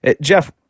Jeff